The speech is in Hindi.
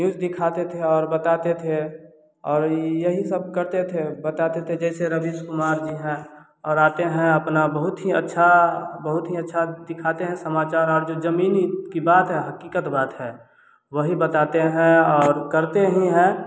न्यूज़ दिखाते थे और बताते थे और यही सब करते थे बताते थे जैसे रवीश कुमार जी हैं और आते हैं अपना बहुत ही अच्छा बहुत ही अच्छा दिखाते हैं समाचार आप जो जमीनी की बात है हकीकत बात है वही बताते हैं और करते भी हैं